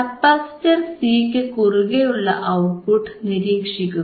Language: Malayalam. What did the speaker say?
കപ്പാസിറ്റർ C യ്ക്കു കുറുകെയുള്ള ഔട്ട്പുട്ട് നിരീക്ഷിക്കുക